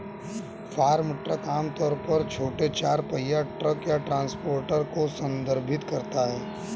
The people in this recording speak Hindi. फार्म ट्रक आम तौर पर छोटे चार पहिया ट्रक या ट्रांसपोर्टर को संदर्भित करता है